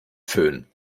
föhn